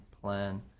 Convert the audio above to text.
plan